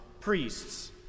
priests